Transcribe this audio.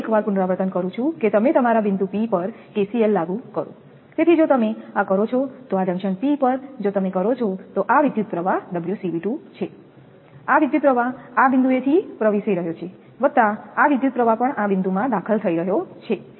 હું ફરી એકવાર પુનરાવર્તન કરું છું કે તમે તમારા બિંદુ P પર KCL લાગુ કરો તેથી જો તમે આ કરો છો તો આ જંકશન P પર જો તમે કરો છો તો આ વિદ્યુતપ્રવાહ ωCV2 છે આ વિદ્યુતપ્રવાહ આ બિંદુએ થી પ્રવેશી રહ્યો છે વત્તા આ વિદ્યુતપ્રવાહ પણ આ બિંદુમાં દાખલ થઈ રહ્યો છે